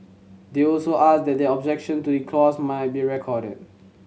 they also asked that their objection to the clause might be recorded